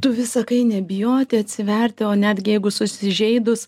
tu vis sakai nebijoti atsiverti o netgi jeigu susižeidus